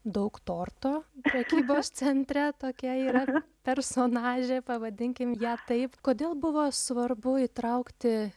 daug torto prekybos centre tokia yra personažė pavadinkim ją taip kodėl buvo svarbu įtraukti